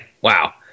wow